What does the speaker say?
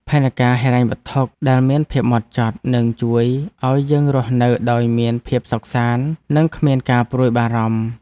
ផែនការហិរញ្ញវត្ថុដែលមានភាពម៉ត់ចត់ នឹងជួយឱ្យយើងរស់នៅដោយមានភាពសុខសាន្ត និងគ្មានការព្រួយបារម្ភ។